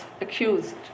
accused